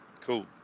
cool